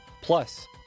plus